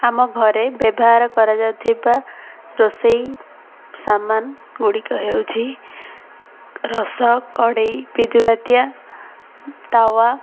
ଆମ ଘରେ ବ୍ୟବହାର କରାଯାଉଥିବା ରୋଷେଇ ସାମାନ ଗୁଡ଼ିକ ହେଉଛି ରସ କଡ଼େଇ ପିଠା ପାତିଆ ତାୱା